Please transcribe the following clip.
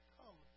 come